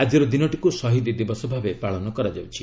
ଆଜିର ଦିନଟିକୃ ଶହୀଦ୍ ଦିବସ ଭାବେ ପାଳନ କରାଯାଉଛି